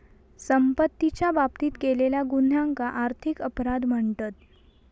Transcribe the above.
संपत्तीच्या बाबतीत केलेल्या गुन्ह्यांका आर्थिक अपराध म्हणतत